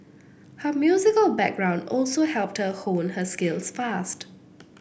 her musical background also helped her hone her skills fast